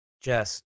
Jess